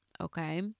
Okay